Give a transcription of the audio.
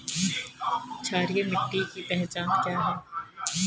क्षारीय मिट्टी की पहचान क्या है?